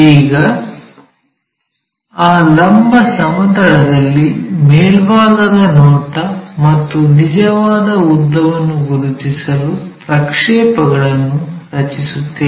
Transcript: ಈಗ ಆ ಲಂಬ ಸಮತಲದಲ್ಲಿ ಮೇಲ್ಭಾಗದ ನೋಟ ಮತ್ತು ನಿಜವಾದ ಉದ್ದವನ್ನು ಗುರುತಿಸಲು ಪ್ರಕ್ಷೇಪಗಳನ್ನು ರಚಿಸುತ್ತೇವೆ